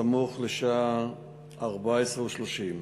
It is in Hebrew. בסמוך לשעה 14:30,